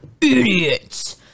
Idiots